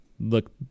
look